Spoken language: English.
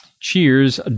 Cheers